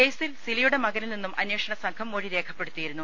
കേസിൽ സിലിയുടെ മകനിൽ നിന്നും അന്വേഷണ സംഘം മൊഴി രേഖപ്പെടുത്തിയിരുന്നു